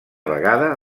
vegada